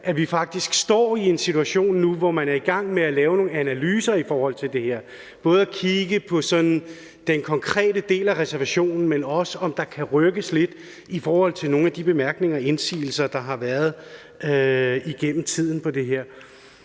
at vi faktisk står i en situation nu, hvor man er i gang med at lave nogle analyser af det her, både ved at kigge på sådan den konkrete del af reservationen, men også ved at kigge på, om der kan rykkes lidt i forhold til de bemærkninger og indsigelser, der har været på det her